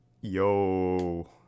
Yo